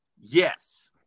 Yes